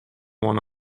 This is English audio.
one